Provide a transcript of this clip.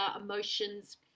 emotions